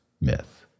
myth